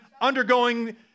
undergoing